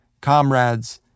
comrades